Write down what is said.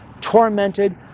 tormented